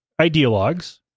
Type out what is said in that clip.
ideologues